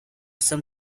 some